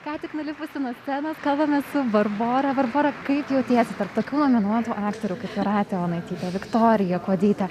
ką tik nulipusi nuo scenos kalbame su barbora barbora kaip jautiesi tarp tokių nominuotų aktorių kaip jūratė onaitytė viktorija kuodytė